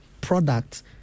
products